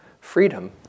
freedom